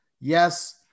Yes